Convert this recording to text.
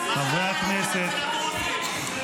מתי הייתם אצל הדרוזים?